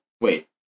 wait